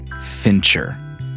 Fincher